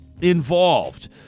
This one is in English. involved